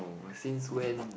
oh since when